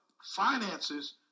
finances